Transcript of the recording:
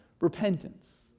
repentance